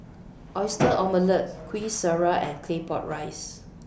Oyster Omelette Kueh Syara and Claypot Rice